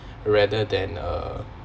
rather than uh